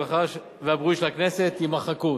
הרווחה והבריאות של הכנסת'" יימחקו.